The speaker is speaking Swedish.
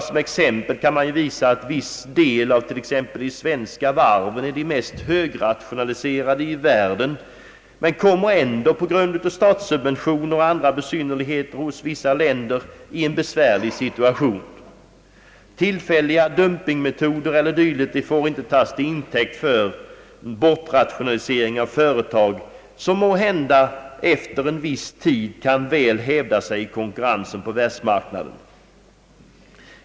Som exempel kan man ju visa på att vissa av de svenska varven hör till de mest högrationaliserade i världen, men de kommer ändå på grund av statssubventioner och andra besynnerligheter som förekommer i vissa länder i en besvärlig situation. Tillfälliga dumpingmetoder eller dylikt får inte tas till intäkt för bortrationalisering av företag, som måhän da efter en viss tid kan väl hävda sig i konkurrensen på världsmarknaden.